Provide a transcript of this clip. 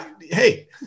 Hey